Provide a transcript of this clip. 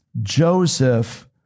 Joseph